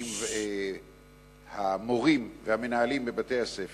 עם המורים והמנהלים בבתי-הספר,